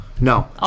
no